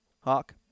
Hawk